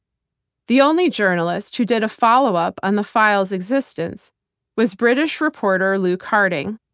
the only journalist who did a followup on the files' existence was british reporter, luke harding.